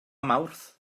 mawrth